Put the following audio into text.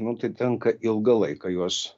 nu tai tenka ilgą laiką juos